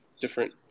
different